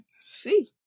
see